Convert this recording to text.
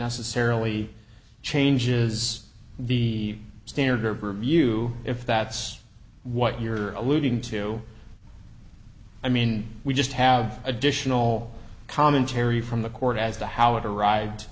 necessarily changes the standard are you if that's what you're alluding to i mean we just have additional commentary from the court as to how it arrived